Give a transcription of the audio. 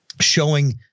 showing